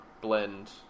blend